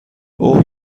اوه